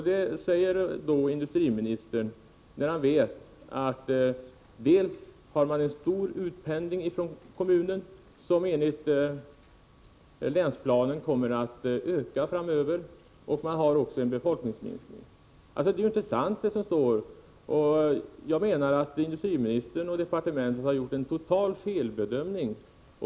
Detta säger industriministern samtidigt som han vet att man i regionen har dels en stor utpendling från kommunen =— enligt länsplanen kommer den att öka framöver —, dels en befolkningsminskning. Vad som står skrivet är alltså inte sant. Jag menar att industriministern och industridepartementet har gjort en totalt felaktig bedömning.